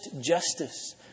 justice